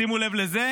שימו לב לזה,